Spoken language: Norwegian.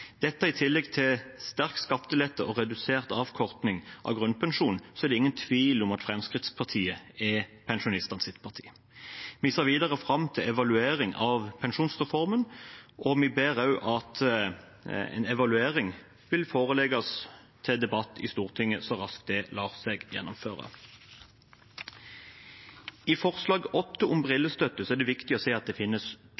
dette i tillegg til sterk skattelette og redusert avkortning av grunnpensjonen er det ingen tvil om at Fremskrittspartiet er pensjonistenes parti. Vi ser videre fram til evaluering av pensjonsreformen, og vi ber også om at en evaluering forelegges til debatt i Stortinget så raskt det lar seg gjennomføre. I forslag nr. 7, om